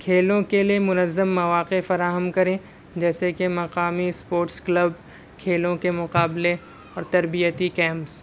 کھیلوں کے لیے منظم مواقع فراہم کریں جیسے کہ مقامی اسپورٹس کلب کھیلوں کے مقابلے اور تربیتی کیمپس